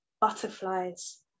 butterflies